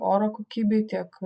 oro kokybei tiek